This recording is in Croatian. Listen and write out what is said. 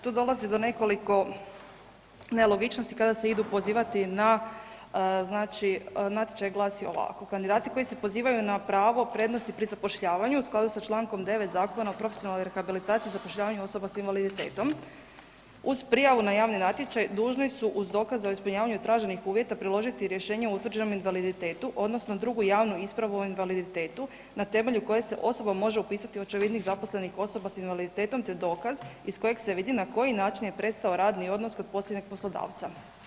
Tu dolazi do nekoliko nelogičnosti kada se idu pozivati na, znači natječaj glasi ovako, kandidati koji se pozivaju na pravo prednosti pri zapošljavanju u skladu sa čl. 9. Zakona o profesionalnoj rehabilitaciji zapošljavanja osoba s invaliditetom, uz prijavu na javni natječaj dužni su uz dokaz za ispunjavanje traženih uvjeta priložiti i rješenje o utvrđenom invaliditetu odnosno drugu javnu ispravu o invaliditetu na temelju koje se osoba može upisati u očevidnik zaposlenih osoba s invaliditetom, te dokaz iz kojeg se vidi na koji način je prestao radni odnos kod posljednjeg poslodavca.